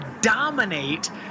dominate